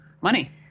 money